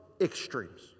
extremes